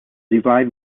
divide